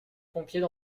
pompiers